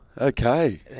Okay